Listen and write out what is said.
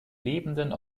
lebenden